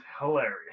hilarious